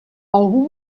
algú